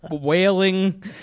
Wailing